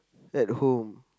at home